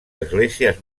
esglésies